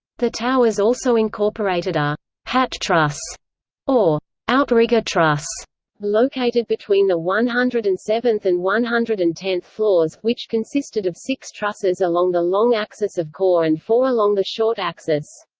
the towers also incorporated a hat truss or outrigger truss located between the one hundred and seventh and one hundred and tenth floors, which consisted of six trusses along the long axis of core and four along the short axis.